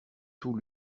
tout